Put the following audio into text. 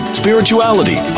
spirituality